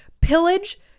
pillage